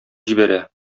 җибәрә